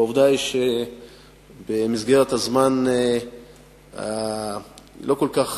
והעובדה היא שבמסגרת הזמן הלא כל כך